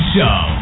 Show